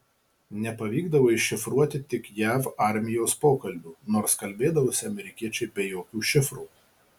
nepavykdavo iššifruoti tik jav armijos pokalbių nors kalbėdavosi amerikiečiai be jokių šifrų